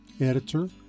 editor